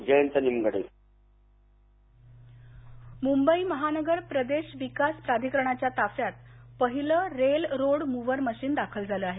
rail road machine Mumbai महानगर प्रदेश विकास प्राधिकरणाच्या ताफ्यात पहिलं रेल रोड मूव्हर मशीन दाखल झाल आहे